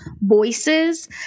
voices